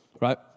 Right